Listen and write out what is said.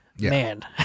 man